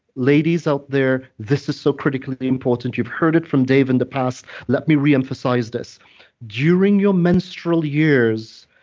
ladies out there, this is so critically important, you've heard it from dave in the past, let me reemphasize this during your menstrual years,